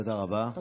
תודה רבה, אדוני.